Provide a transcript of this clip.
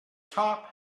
top